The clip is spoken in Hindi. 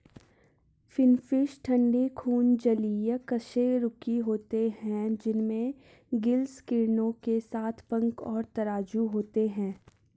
फिनफ़िश ठंडे खून जलीय कशेरुकी होते हैं जिनमें गिल्स किरणों के साथ पंख और तराजू होते हैं